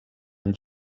amb